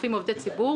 רופאים ועובדי ציבור